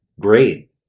great